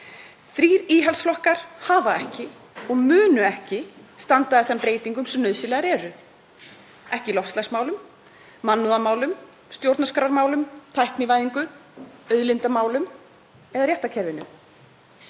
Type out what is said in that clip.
Þrír íhaldsflokkar hafa ekki og munu ekki standa að þeim breytingum sem nauðsynlegar eru, ekki í loftslagsmálum, mannúðarmálum, stjórnarskrármálum, tæknivæðingu, auðlindamálum eða réttarkerfinu.